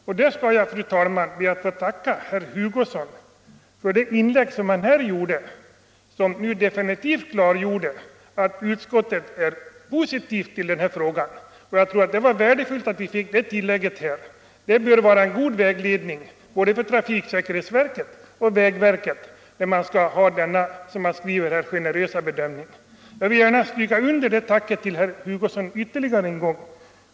Jag skall, fru talman, be att få tacka herr Hugosson för det inlägg han här gjorde och som definitivt klargjorde att utskottet är positivt i den här frågan. Det var värdefullt och nödvändigt att vi fick det tillägget. Det bör vara en god vägledning för både trafiksäkerhetsverket och vägverket, när man skall ha denna — som utskottet skriver — generösa bedömning. Jag vill gärna stryka under mitt tack till herr Hugosson ytterligare en gång.